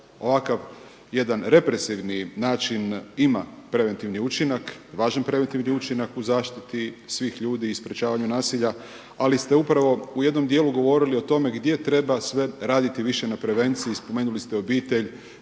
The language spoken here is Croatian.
ovakav jedan represivni način ima preventivni učinak, važan preventivni učinak u zaštiti svih ljudi i sprječavanju nasilja. Ali ste upravo u jednom dijelu govorili o tome gdje treba sve raditi više na prevenciji. Spomenuli ste obitelj,